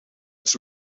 its